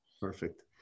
Perfect